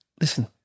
listen